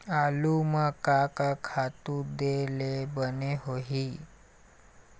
आलू म का का खातू दे ले बने होही?